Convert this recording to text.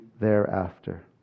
thereafter